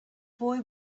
boy